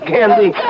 Candy